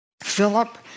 Philip